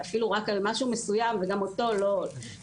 אפילו רק על משהו מסוים שכבר הסכמנו,